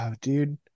dude